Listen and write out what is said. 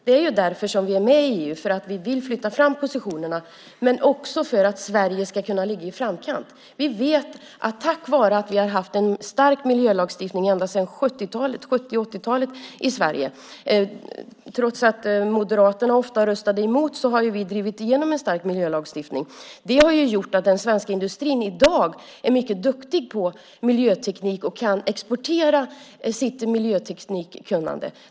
Det är därför som vi är med i EU, alltså för att vi vill flytta fram positionerna men också för att Sverige ska kunna ligga i framkant. Vi har haft en stark miljölagstiftning sedan 70 och 80-talen i Sverige. Trots att Moderaterna ofta röstade emot har vi drivit igenom en stark miljölagstiftning. Det har gjort att den svenska industrin i dag är mycket duktig på miljöteknik och kan exportera sitt miljöteknikkunnande.